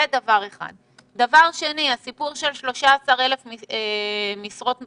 דבר שני, ה-13,000 משרות תוספתיות.